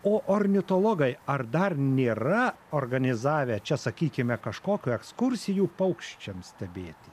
o ornitologai ar dar nėra organizavę čia sakykime kažkokių ekskursijų paukščiams stebėti